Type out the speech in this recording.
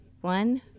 one